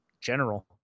general